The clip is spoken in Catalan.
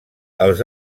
els